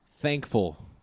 thankful